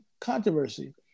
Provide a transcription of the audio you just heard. controversy